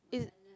is